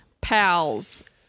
Pals